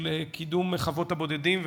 של קידום חוות הבודדים,